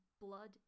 blood